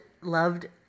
loved